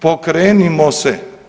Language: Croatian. Pokrenimo se!